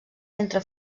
entre